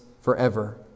forever